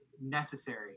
necessary